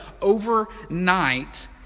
overnight